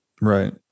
Right